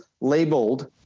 labeled